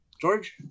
George